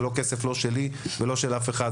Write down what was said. זה לא כסף שלי ולא של אף אחד,